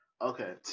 Okay